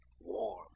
warm